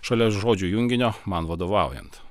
šalia žodžių junginio man vadovaujant